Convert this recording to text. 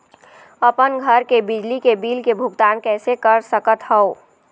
अपन घर के बिजली के बिल के भुगतान कैसे कर सकत हव?